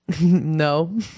No